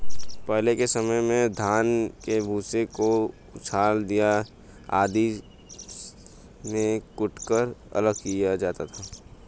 पहले के समय में धान के भूसे को ऊखल आदि में कूटकर अलग किया जाता था